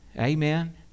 amen